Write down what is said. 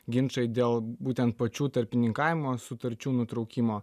ginčai dėl būtent pačių tarpininkavimo sutarčių nutraukimo